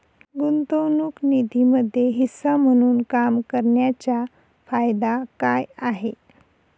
गुंतवणूक निधीमध्ये हिस्सा म्हणून काम करण्याच्या फायदा काय आहे?